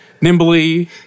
nimbly